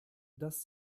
dass